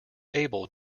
able